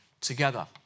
together